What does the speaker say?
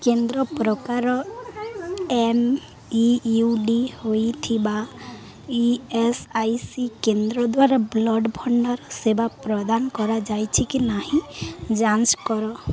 କେନ୍ଦ୍ର ପ୍ରକାର M E U D ହେଇଥିବା ଇ ଏସ୍ ଆଇ ସି କେନ୍ଦ୍ର ଦ୍ୱାରା ବ୍ଲଡ଼୍ ଭଣ୍ଡାର ସେବା ପ୍ରଦାନ କରାଯାଇଛି କି ନାହିଁ ଯାଞ୍ଚ କର